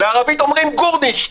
בערבית אומרים "גורנישט".